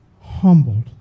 humbled